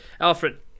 Alfred